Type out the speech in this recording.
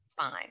fine